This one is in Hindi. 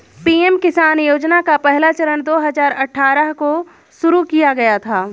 पीएम किसान योजना का पहला चरण दो हज़ार अठ्ठारह को शुरू किया गया था